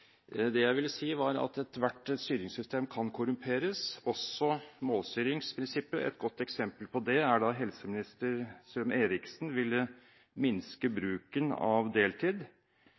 Det jeg ville si, var at ethvert styringssystem kan korrumperes, også målstyringsprinsippet. Et godt eksempel på det var da helseminister Strøm-Erichsen ville minske bruken av deltid.